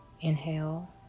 Inhale